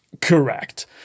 Correct